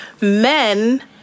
men